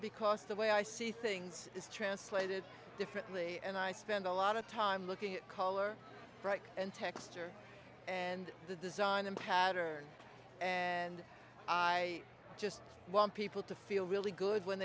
because the way i see things is translated differently and i spend a lot of time looking at color and texture and the design and pattern and i just want people to feel really good when